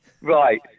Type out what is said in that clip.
Right